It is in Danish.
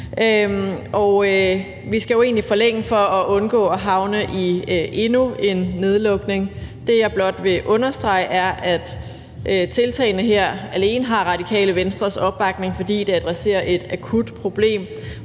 egentlig forlænge for at undgå at havne i endnu en nedlukning. Det, jeg blot vil understrege, er, at tiltagene her alene har Radikale Venstres opbakning, fordi de adresserer et akut problem,